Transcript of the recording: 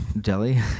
Delhi